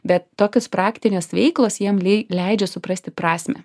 bet tokios praktinės veiklos jiem lei leidžia suprasti prasmę